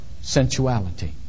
Sensuality